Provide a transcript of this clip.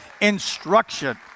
Instruction